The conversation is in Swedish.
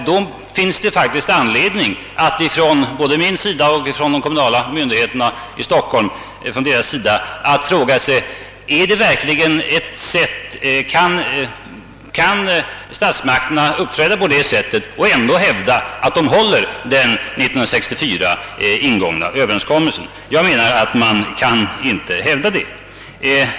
Då finns det faktiskt anledning för både mig och de kommunala myndigheterna i Stockholm att fråga: Kan statsmakterna uppträda på det sättet och ändå hävda att de håller den 1964 ingångna överenskommelsen? Jag menar att man inte kan göra det.